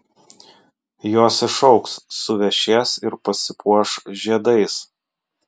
jos išaugs suvešės ir pasipuoš žiedais